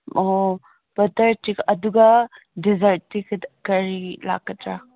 ꯑꯣ ꯕꯠꯇꯔ ꯑꯗꯨꯒ ꯗꯦꯖꯥꯔꯠꯇꯤ ꯀꯔꯤ ꯂꯥꯛꯀꯗ꯭ꯔꯥ